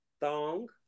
Thong